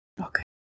okay